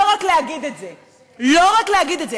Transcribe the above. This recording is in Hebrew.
רבותי: לא מעידה,